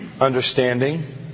understanding